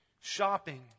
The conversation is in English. Shopping